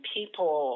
People